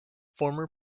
former